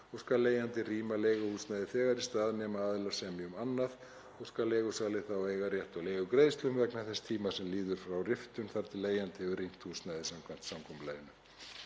skal leigjandi rýma leiguhúsnæðið þegar í stað nema aðilar semji um annað og skal leigusali þá eiga rétt á leigugreiðslum vegna þess tíma sem líður frá riftun þar til leigjandi hefur rýmt húsnæðið samkvæmt samkomulaginu.